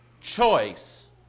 choice